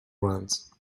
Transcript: runs